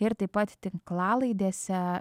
ir taip pat tinklalaidėse